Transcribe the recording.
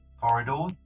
corridor